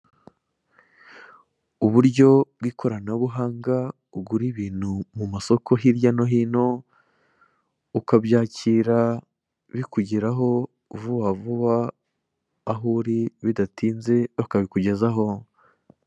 Uburyo bw'ikoranabuhanga ugura ibintu mu masoko hirya no hino ukabyakira bikugeraho vubavuba aho uri bidatinze bakabikugezaho.